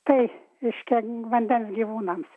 tai iš ten vandens gyvūnams